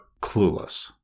clueless